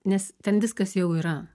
nes ten viskas jau yra